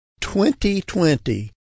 2020